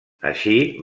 així